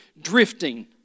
drifting